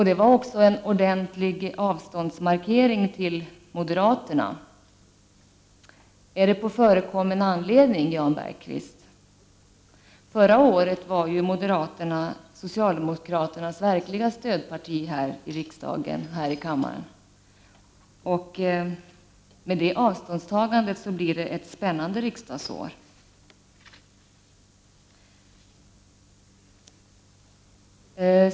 Det var också en ordentlig avståndsmarkering till moderaterna. Är det på förekommen anledning, Jan Bergqvist? Förra året var ju moderaterna socialdemokraternas verkliga stödparti här i kammaren. Med det avståndstagande som Jan Bergqvist nu gjorde blir det ett spännande riksdagsår.